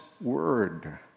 word